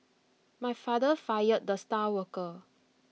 my father fired the star worker